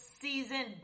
season